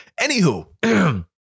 Anywho